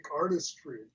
artistry